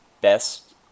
best